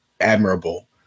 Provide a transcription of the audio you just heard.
admirable